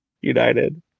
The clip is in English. united